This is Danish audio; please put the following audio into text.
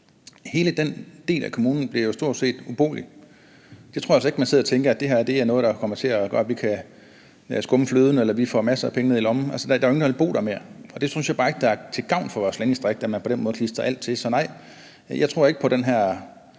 Hele den del af kommunen bliver jo stort set ubeboelig. Jeg tror altså ikke, at man sidder og tænker, at det her er noget, der kommer til at gøre, at man vil kunne skumme fløden eller få masser af penge ned i lommen. Der er jo ingen, der vil bo der mere. Jeg synes bare ikke, det er til gavn for vores landdistrikter, at man på den måde klistrer alt til. Så nej, jeg tror ikke på, at det her